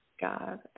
God